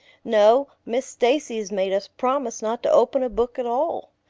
no miss stacy has made us promise not to open a book at all.